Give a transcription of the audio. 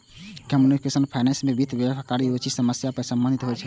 computational finance वित्त मे व्यावहारिक रुचिक समस्या सं संबंधित होइ छै